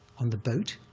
on the boat,